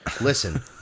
Listen